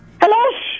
Hello